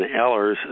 Ellers